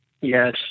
yes